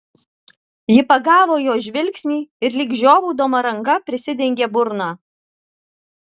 ji pagavo jo žvilgsnį ir lyg žiovaudama ranka prisidengė burną